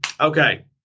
okay